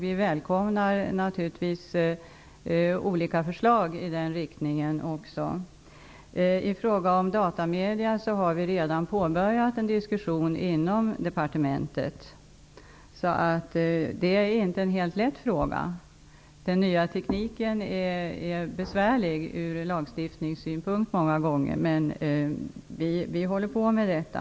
Vi välkomnar naturligtvis också olika förslag i den riktningen. I fråga om datamedierna har vi redan påbörjat en diskussion inom departementet. Det är inte en helt lätt fråga. Den nya tekniken är många gånger besvärlig ur lagstiftningssynpunkt. Men vi arbetar med detta.